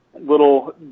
little